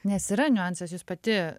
nes yra niuansas jūs pati